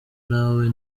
nawe